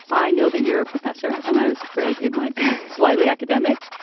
i know that you're a professor and i was afraid it might be slightly academic.